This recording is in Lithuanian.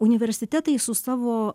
universitetai su savo